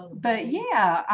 but yeah,